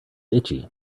itchy